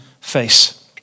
face